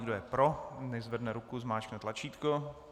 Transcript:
Kdo je pro, nechť zvedne ruku, zmáčkne tlačítko.